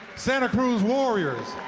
santa cruz warriors.